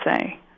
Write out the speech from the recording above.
say